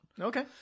okay